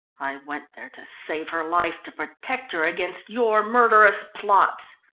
i went there to save her life, to protect her against your murderous plots!